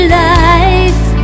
life